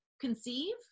conceive